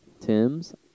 Tim's